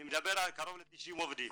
אני מדבר על קרוב ל-90 עובדים.